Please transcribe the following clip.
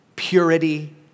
Purity